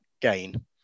gain